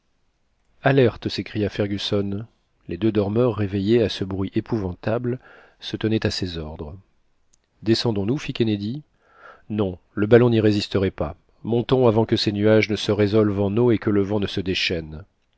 alerte s'écria fergusson les deux dormeurs réveillés à ce bruit épouvantable se tenaient à ses ordres descendons nous fit kennedy non le ballon n'y résisterait pas montons avant que ces nuages se résolvent en eau et que le vent ne se déchaîne